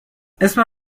اسم